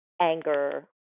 anger